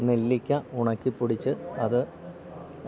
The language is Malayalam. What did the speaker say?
നെല്ലിക്ക ഉണക്കിപ്പൊടിച്ച് അത്